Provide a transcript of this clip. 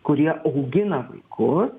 kurie augina vaikus